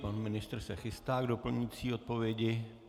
Pan ministr se chystá k doplňující odpovědi.